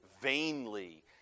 vainly